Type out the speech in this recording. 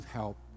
help